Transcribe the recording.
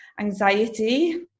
anxiety